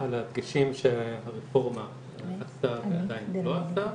על הדגשים שהרפורמה עשתה ועדיין לא עשתה,